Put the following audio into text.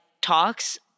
talks